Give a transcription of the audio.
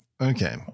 okay